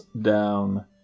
down